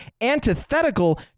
antithetical